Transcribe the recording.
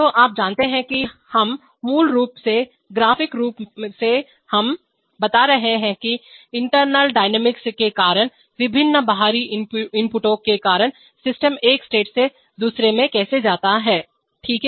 तो आप जानते हैं कि हम मूल रूप से ग्राफिक रूप से हम हैं हम बता रहे हैं कि इंटरनल डायनामिक्स के कारण विभिन्न बाहरी इनपुटों के कारण सिस्टम एक स्टेट से दूसरे में कैसे जाता है ठीक है